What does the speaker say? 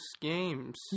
games